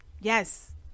yes